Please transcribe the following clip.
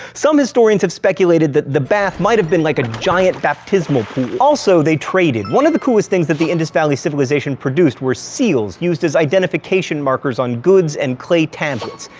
some historians have speculated that the bath might have been like a giant baptismal pool. also, they traded. one of the coolest things that the indus valley civilization produced were seals used as identification markers on goods and clay tablets.